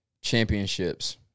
Championships